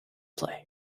play